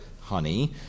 honey